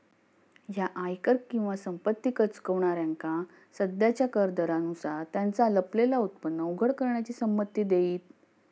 ह्या आयकर किंवा संपत्ती कर चुकवणाऱ्यांका सध्याच्या कर दरांनुसार त्यांचा लपलेला उत्पन्न उघड करण्याची संमती देईत